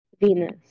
Venus